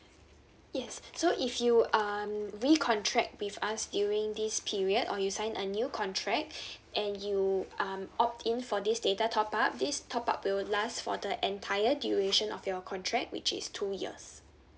yes so if you um recontract with us during this period or you sign a new contract and you um opt in for this data top up this top up will last for the entire duration of your contract which is two years